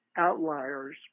outliers